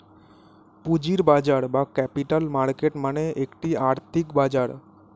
পুঁজির বাজার বা ক্যাপিটাল মার্কেট মানে একটি আর্থিক বাজার